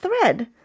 thread